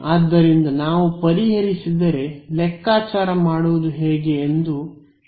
ಆದ್ದರಿಂದ ನಾವು ಪರಿಹರಿಸಿದರೆ ಲೆಕ್ಕಾಚಾರ ಮಾಡುವುದು ಹೇಗೆ ಎಂದು ಇತ್ಯರ್ಥಪಡಿಸುತ್ತೇವೆ